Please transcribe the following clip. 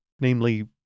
namely